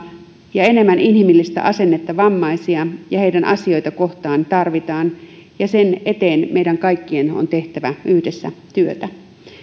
ja enemmän inhimillistä asennetta vammaisia ja heidän asioitaan kohtaan tarvitaan ja sen eteen meidän kaikkien on tehtävä yhdessä työtä